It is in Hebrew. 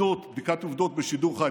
עובדות בשידור חי.